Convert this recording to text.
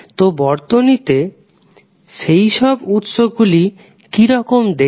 তো বর্তনীতে সেই সব উৎস গুলি কিরকম দেখতে